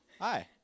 Hi